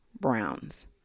Brown's